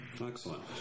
Excellent